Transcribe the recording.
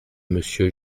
monsieur